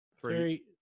three